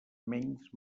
menys